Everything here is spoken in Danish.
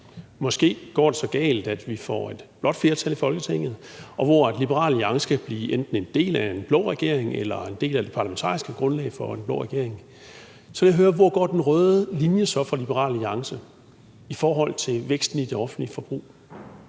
måske går det så galt, at vi får et blåt flertal i Folketinget, hvor Liberal Alliance kan blive enten en del af en blå regering eller en del af det parlamentariske grundlag for en blå regering – hvor går den røde linje så for Liberal Alliance i forhold til væksten i det offentlige forbrug?